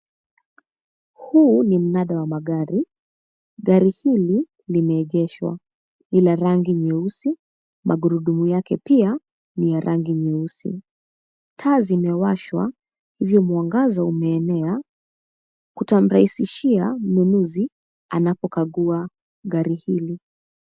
Huu ni mnada wa magari. Gari hili limeegeshwa. Ni la rangi nyeusi. Magurudumu yake pia ni ya rangi nyeusi. Taa zimewashwa, hivyo mwangaza umeenea, kutamrahisishia mnunuzi anapokagua gari hili.